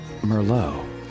Merlot